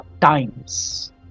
times